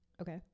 Okay